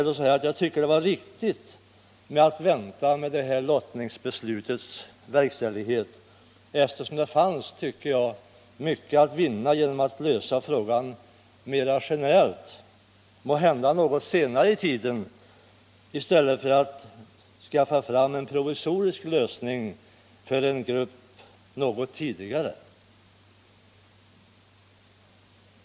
Det var riktigt att vänta med lottningsbeslutets verkställighet, eftersom det fanns mycket att vinna genom att lösa problemet mer generellt, måhända litet senare i tiden, i stället för att något snabbare skaffa fram en provisorisk lösning för en grupp.